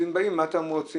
אז אם באים אז מה אתם רוצים?